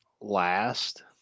last